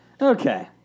Okay